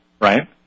right